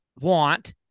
want